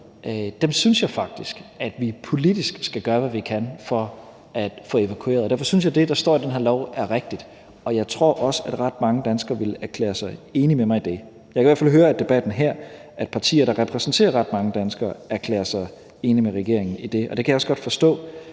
ambassade, så skal vi politisk gøre, hvad vi kan for at få dem evakueret. Derfor synes jeg, at det, der står i det her lovforslag, er rigtigt, og jeg tror også, at ret mange danskere ville erklære sig enige med mig i det. Jeg kan i hvert fald høre af debatten her, at partier, der repræsenterer ret mange danskere, erklærer sig enige med regeringen i det, og det kan jeg også godt forstå,